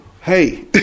Hey